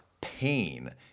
pain